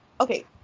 okay